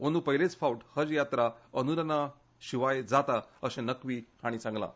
अंदू पयलेच फावट हज यात्रा अनुदाना शिवाय जाता अशे नक्की हांणी सांगलें